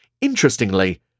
Interestingly